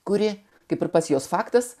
kuri kaip ir pats juos faktas